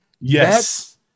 Yes